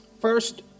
First